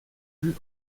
plus